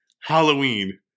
Halloween